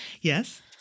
Yes